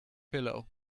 pillow